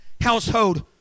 household